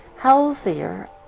healthier